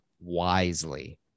wisely